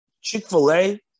Chick-fil-A